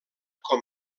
com